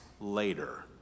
later